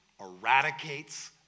eradicates